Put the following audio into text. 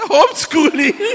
Homeschooling